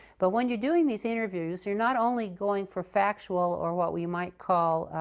but when you're doing these interviews, you're not only going for factual or what we might call